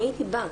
אני הייתי באה.